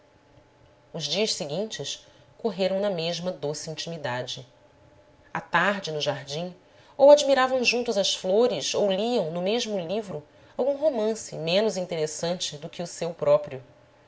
os dias seguintes correram na mesma doce intimidade à tarde no jardim ou admiravam juntos as flores ou liam no mesmo livro algum romance menos interessante do que o seu próprio